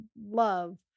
love